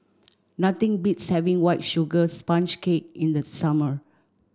nothing beats having white sugar sponge cake in the summer